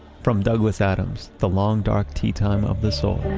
from douglas adams's the long, dark tea-time of the soul.